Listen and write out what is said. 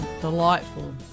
delightful